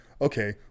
okay